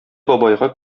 бабайга